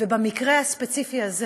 ובמקרה הספציפי הזה